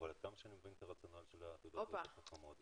אישרתי את מה שנירה אמרה,